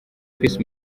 peace